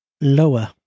Lower